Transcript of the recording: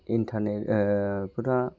internet फोरा